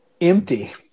empty